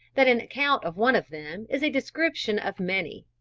that an account of one of them is a description of many.